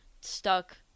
stuck